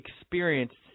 experienced